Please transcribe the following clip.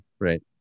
Right